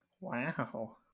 wow